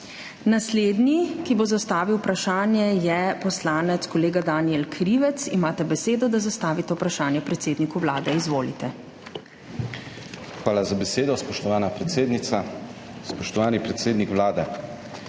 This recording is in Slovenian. Naslednji, ki bo zastavil vprašanje, je poslanec kolega Danijel Krivec. Imate besedo, da zastavite vprašanje predsedniku Vlade. Izvolite. **DANIJEL KRIVEC (PS SDS):** Hvala za besedo, spoštovana predsednica. Spoštovani predsednik Vlade!